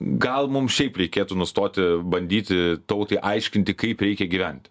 gal mum šiaip reikėtų nustoti bandyti tautai aiškinti kaip reikia gyventi